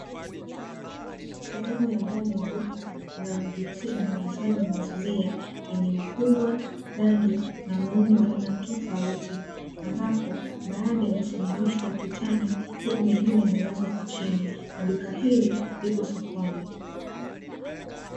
Sehemu ya ndani ya duka linalojiuhusisha na uuzaji wa mazulia yenye: ukubwa, rangi na muundo wa aina tofauti; ambapo baadhi yamesimamishwa ukutani, huku mengine yamelazwa kwa chini na duka hili lipo sokoni.